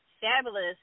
fabulous